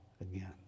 again